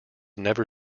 never